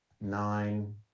Nine